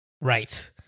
Right